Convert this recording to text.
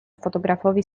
fotografowi